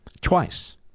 Twice